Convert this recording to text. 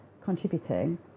contributing